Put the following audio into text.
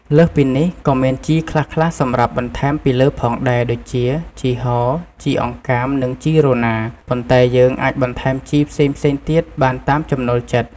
លើសពីនេះក៏មានជីខ្លះៗសម្រាប់បន្ថែមពីលើផងដែរ ដូចជា ជីហោ ជីអង្កាម និងជីរណា ប៉ុន្តែយើងអាចបន្ថែមជីផ្សេងៗទៀតបានតាមចំណូលចិត្ត។